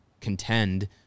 contend